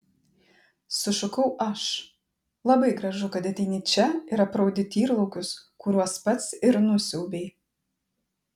sušukau aš labai gražu kad ateini čia ir apraudi tyrlaukius kuriuos pats ir nusiaubei